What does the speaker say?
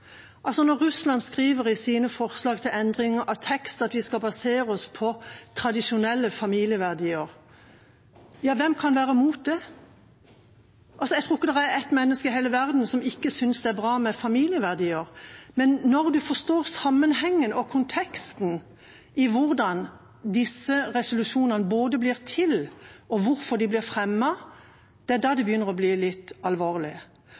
Når Russland skriver i sine forslag til endring av tekst at de skal basere seg på tradisjonelle familieverdier – ja, hvem kan være mot det? Jeg tror ikke det er ett menneske i hele verden som ikke synes det er bra med familieverdier. Men når en forstår sammenhengen og konteksten i både hvordan disse resolusjonene blir til, og hvorfor de blir fremmet, det er da det begynner å bli litt alvorlig.